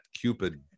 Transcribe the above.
Cupid